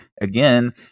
again